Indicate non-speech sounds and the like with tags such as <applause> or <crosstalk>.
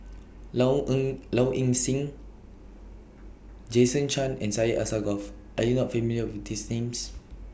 Low <unintelligible> Low Ing Sing Jason Chan and Syed Alsagoff Are YOU not familiar with These Names